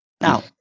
Now